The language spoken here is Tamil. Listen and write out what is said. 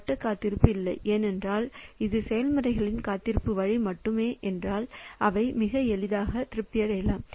வட்ட காத்திருப்பு இல்லை என்றால் அது செயல்முறைகளின் காத்திருப்பு வழி மட்டுமே என்றால் அவை மிக எளிதாக திருப்தி அடையலாம்